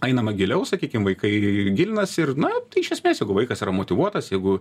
einama giliau sakykim vaikai gilinasi ir na iš esmės jeigu vaikas yra motyvuotas jeigu